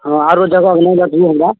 हँ आओर जगहके नाम बतबू हमरा